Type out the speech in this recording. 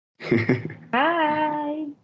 Hi